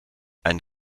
ein